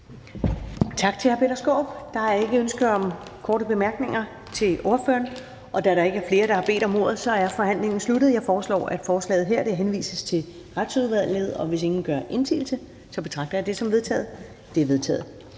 Tak til hr. Peter Skaarup. Der er ikke ønske om korte bemærkninger til ordføreren. Da der ikke er flere, der har bedt om ordet, er forhandlingen sluttet. Jeg foreslår, at forslaget her henvises til Retsudvalget. Hvis ingen gør indsigelse, betragter jeg det som vedtaget. Det er vedtaget.